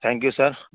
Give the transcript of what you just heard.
thank you sir